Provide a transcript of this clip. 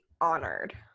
honored